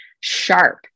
sharp